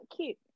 cute